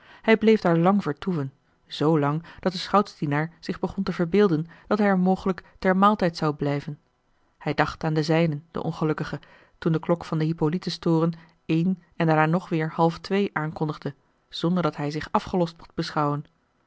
hij bleef daar lang vertoeven z lang dat de schoutsdienaar zich begon te verbeelden dat hij er mogelijk ter maaltijd zou blijven hij dacht aan den zijnen de ongelukkige toen de klok van de hippolytus toren een en daarna nog weêr halftwee aankondigde zonderdat hij zich afgelost mocht beschouwen